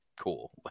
cool